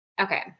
Okay